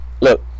Look